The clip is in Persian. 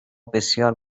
بسیار